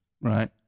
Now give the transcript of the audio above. right